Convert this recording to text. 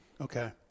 okay